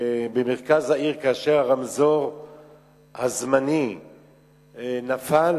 במרכז העיר, הרמזור הזמני נפל